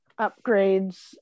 upgrades